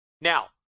Now